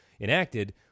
enacted